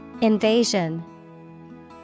Invasion